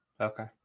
Okay